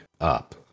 up